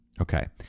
Okay